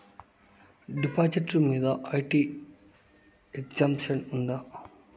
డిపాజిట్లు మీద IT exemption ఉందా?